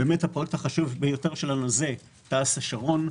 הפרויקט החשוב ביותר שלנו זה תע"ש השרון.